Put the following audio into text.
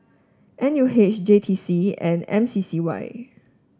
N U H J T C and M C C Y